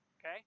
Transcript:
Okay